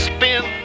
Spin